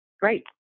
Great